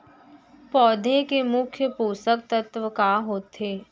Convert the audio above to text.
पौधे के मुख्य पोसक तत्व का होथे?